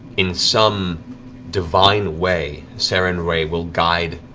in some divine way, sarenrae will guide